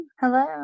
Hello